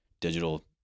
digital